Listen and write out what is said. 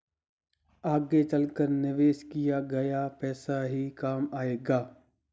आगे चलकर निवेश किया गया पैसा ही काम आएगा